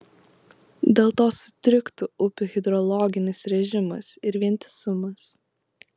dėl to sutriktų upių hidrologinis režimas ir vientisumas